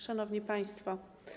Szanowni Państwo!